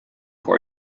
for